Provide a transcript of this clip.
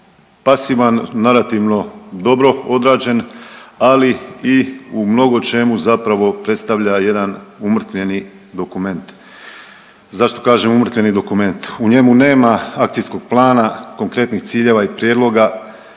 pasivan, narativno dobro odrađen, ali i u mnogočemu zapravo predstavlja jedan umrtvljeni dokument. Zašto kažem umrtvljeni dokument? U njemu nema akcijskog plana, konkretnih ciljeva i prijedloga